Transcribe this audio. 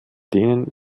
denen